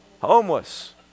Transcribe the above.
Homeless